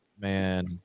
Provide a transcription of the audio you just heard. Man